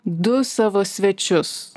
du savo svečius